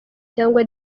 cyangwa